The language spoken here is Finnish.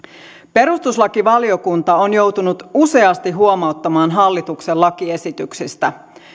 perustuslakivaliokunta on joutunut useasti huomauttamaan hallituksen lakiesityksistä